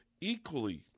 equally